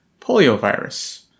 poliovirus